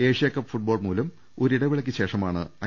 Asia Cup football മൂലം ഒരിടവേ ളയ്ക്ക് ശേഷമാണ് ഐ